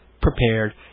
prepared